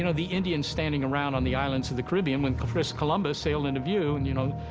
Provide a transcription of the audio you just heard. you know the indians standing around on the islands of the caribbean when chris columbus sailed into view and, you know,